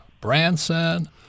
Branson